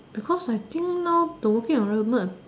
because I think now the working environment